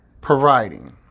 providing